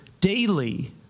daily